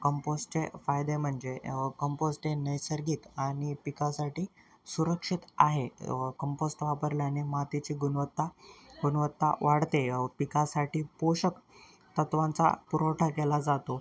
कंपोश्टचे फायदे म्हणजे कंपोस्ट हे नैसर्गिक आणि पिकासाठी सुरक्षित आहे कंपोस्ट वापरल्याने मातीची गुणवत्ता गुणवत्ता वाढते व पिकासाठी पोषक तत्त्वांचा पुरवठा केला जातो